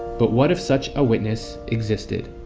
but what if such a witness existed?